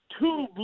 two